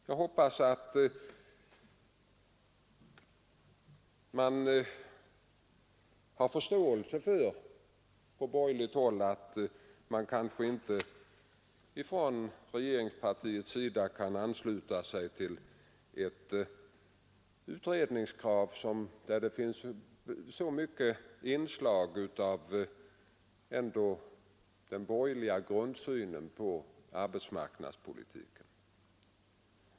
Jag hoppas att ni på borgerligt håll har förståelse för att regeringspartiet inte kan ansluta sig till ett utredningskrav som har så mycket inslag av den borgerliga synen på arbetsmarknadspolitiken.